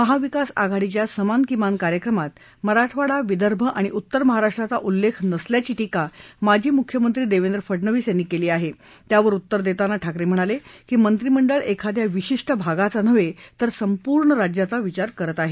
महाविकास आघाडीच्या समान किमान कार्यक्रमात मराठवाडा विदर्भ आणि उत्तर महाराष्ट्राचा उल्लेख नसल्याची टीका माजी मुख्यमंत्री देवेंद्र फडनवीस यांनी केली आहे त्यावर उत्तर देताना ठाकरे म्हणाले की मंत्रीमंडळ एखाद्या विशिष्ट भागाचा नव्हे तर संपूर्ण राज्याचा विचार करत आहे